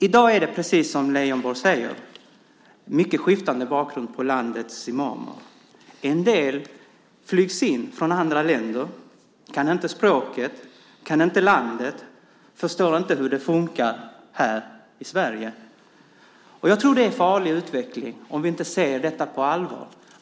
I dag har, precis som Lars Leijonborg säger, landets imamer mycket skiftande bakgrunder. En del flygs in från andra länder. De kan inte språket, de kan inte landet och förstår inte hur det fungerar här i Sverige. Jag tror att det är en farlig utveckling om vi inte tar detta på allvar.